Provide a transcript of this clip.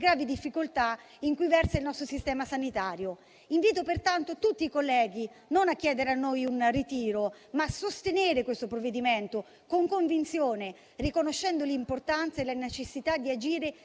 difficoltà in cui versa il nostro sistema sanitario. Invito pertanto tutti i colleghi a non chiedere a noi un ritiro, ma a sostenere questo provvedimento con convinzione, riconoscendo l'importanza e la necessità di agire